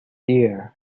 dear